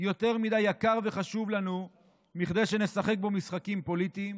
יותר מדי יקר וחשוב לנו מכדי שנשחק בו משחקים פוליטיים.